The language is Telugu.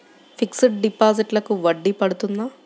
ఫిక్సడ్ డిపాజిట్లకు వడ్డీ పడుతుందా?